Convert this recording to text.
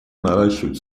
наращивает